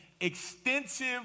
extensive